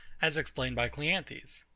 as explained by cleanthes.